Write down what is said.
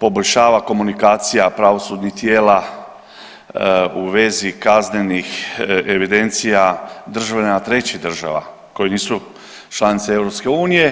poboljšava komunikacija pravosudnih tijela u vezi kaznenih evidencija državljana trećih država koji nisu članice EU.